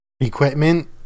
equipment